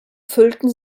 füllten